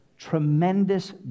Tremendous